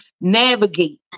navigate